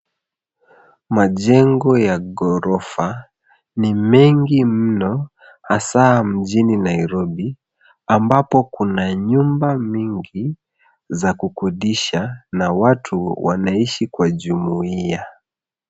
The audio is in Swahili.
Majengo ya gorofa ni mengi mno hasa mjini Nairobi ambapo kuna nyumba mingi za kukodisha na watu wanaishi kwa jumuia.